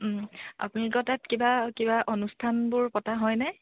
আপোনালোকৰ তাত কিবা কিবা অনুষ্ঠানবোৰ পতা হয়নে